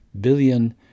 billion